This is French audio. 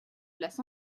place